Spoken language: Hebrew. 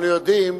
אנחנו יודעים